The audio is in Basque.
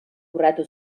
urratu